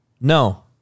No